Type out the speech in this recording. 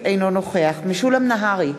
אינו נוכח משולם נהרי,